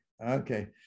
Okay